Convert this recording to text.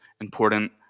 important